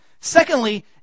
Secondly